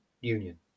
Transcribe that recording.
union